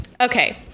Okay